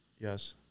Yes